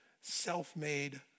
self-made